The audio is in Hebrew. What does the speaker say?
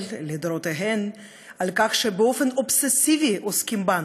לדורותיהן על כך שבאופן אובססיבי עוסקים בנו,